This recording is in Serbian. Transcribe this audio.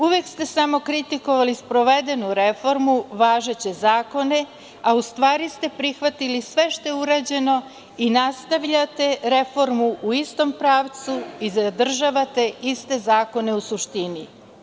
Uvek ste samo kritikovali sprovedenu reformu, važeće zakone, a u stvari ste prihvatili sve što je urađeno i nastavljate reformu u istom pravcu i zadržavate iste zakone u suštini.